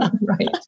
Right